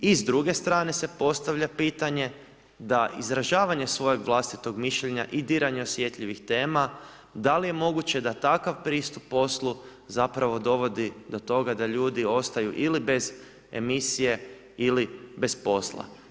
I s druge strane se postavlja pitanje da izražavanje svojeg vlastitog mišljenja i diranja osjetljivih tema da li je moguće da takav pristup poslu zapravo dovodi do toga da ljudi ostaju ili bez emisije ili bez posla.